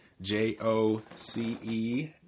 J-O-C-E